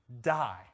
die